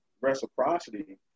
reciprocity